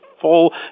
full